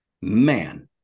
man